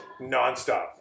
nonstop